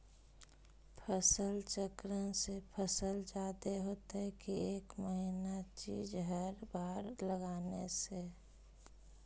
फसल चक्रन से फसल जादे होतै कि एक महिना चिज़ हर बार लगाने से?